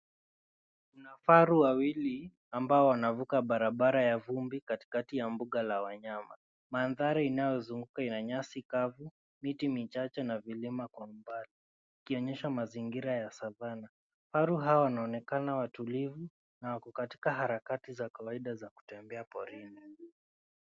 Kuna faru wawili ambao wanavuka barabara ya vumbi katikati ya mbuga la wanyama. Mandhari inayozunguka ina nyasi kavu, miti michache na vilima kwa umbali ikionyesha mazingira ya Savannah .Faru hawa wanaonekana watulivu, na wako katika harakati za kawaida za kutembea porini.